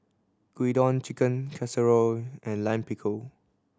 Gyudon Chicken Casserole and Lime Pickle